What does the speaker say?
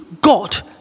god